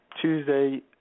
Tuesday